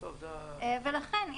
לכן,